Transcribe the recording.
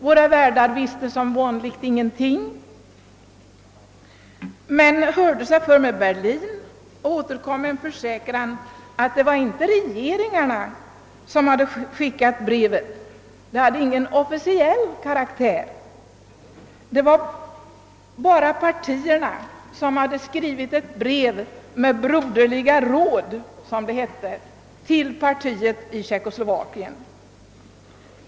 Våra värdar visste emellertid som vanligt ingenting men hörde sig för med Berlin och återkom sedan med en försäkran om att det inte var regeringarna som hade skickat brevet. Det skulle inte ha någon officiell karaktär. Det var bara partierna som hade skrivit ett brev med »broderliga råd» till partiet 1 Tjeckoslovakien.